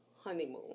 honeymoon